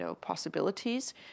possibilities